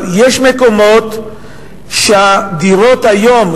אבל יש מקומות שהדירות היום,